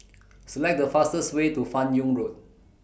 Select The fastest Way to fan Yoong Road